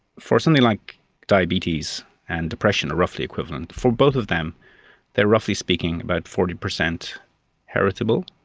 for something like diabetes and depression are roughly equivalent, for both of them they are roughly speaking about forty percent heritable,